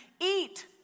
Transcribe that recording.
eat